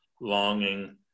longing